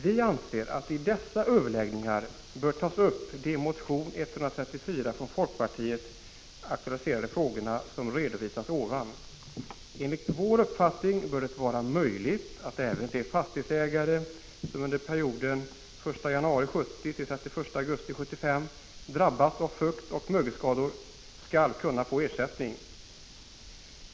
Vi anser att i dessa överläggningar bör tas upp de i motion 134 från folkpartiet aktualiserade frågorna, som jag tidigare redovisat. Enligt vår uppfattning bör det vara möjligt att även de fastighetsägare som under perioden den 1 januari 1970-den 31 augusti 1975 har drabbats av fuktoch mögelskador skall kunna få ersättning.